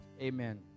Amen